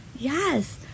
Yes